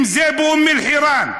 אם זה באום אלחיראן,